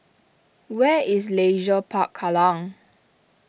where is Leisure Park Kallang